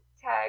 tag